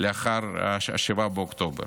לאחר 7 באוקטובר.